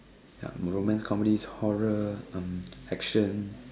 ya romance comedies horror um action